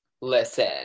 Listen